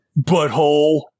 Butthole